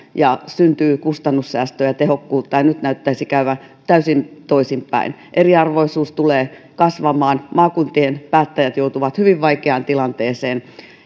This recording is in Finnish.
ja syntyy kustannussäästöä ja tehokkuutta ja nyt näyttäisi käyvän täysin toisinpäin eriarvoisuus tulee kasvamaan maakuntien päättäjät joutuvat hyvin vaikeaan tilanteeseen